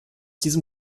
diesem